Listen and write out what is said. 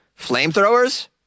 flamethrowers